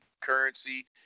currency